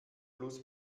plus